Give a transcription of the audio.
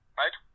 right